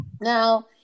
Now